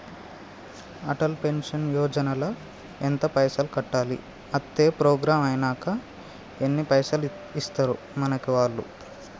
Atal pension Yojana ల ఎంత పైసల్ కట్టాలి? అత్తే ప్రోగ్రాం ఐనాక ఎన్ని పైసల్ ఇస్తరు మనకి వాళ్లు?